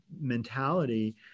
mentality